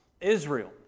Israel